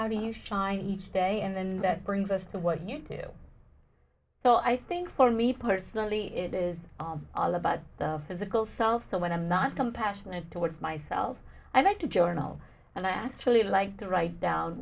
how do you shine each day and then that brings us to what you do so i think for me personally it is all about the physical self so when i'm not compassionate towards myself i like to journal and i actually like to write down